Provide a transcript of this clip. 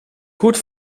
goed